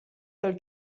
del